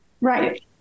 right